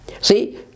See